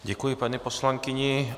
Děkuji, paní poslankyni.